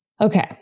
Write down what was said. Okay